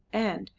and,